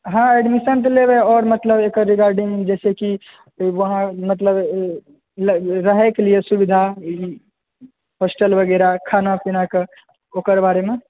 हॅं एडमिसन तऽ लेबै आओर मतलब एकर रिगार्डिंग जे छै की उहाँ मतलब रहैके लिए सुबिधा हॉस्टल बगैरह खानापीनाके ओकर बारेमे